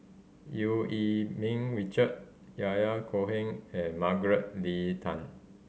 Eu Yee Ming Richard Yahya Cohen and Margaret Leng Tan